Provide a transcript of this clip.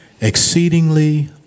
exceedingly